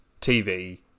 TV